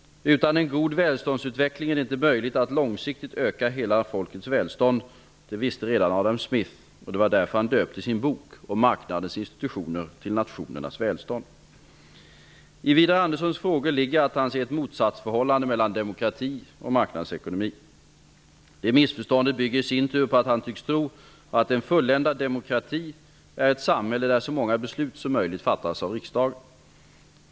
Utan en god välståndsutveckling är det inte möjligt att långsiktigt öka hela folkets välstånd. Detta visste redan Adam Smith. Det var därför han döpte sin bok om marknadens institutioner till I Widar Anderssons frågor ligger att han ser ett motsatsförhållande mellan demokrati och marknadsekonomi. Det missförståndet bygger i sin tur på att han tycks tro att en fulländad demokrati är ett samhälle där så många beslut som möjligt fattas av riksdagen.